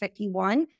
51